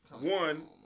one